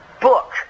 book